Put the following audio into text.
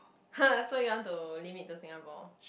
!huh! so you want to limit to Singapore